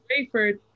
Rayford